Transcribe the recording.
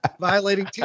violating